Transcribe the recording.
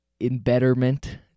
embitterment